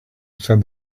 said